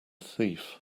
thief